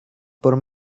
por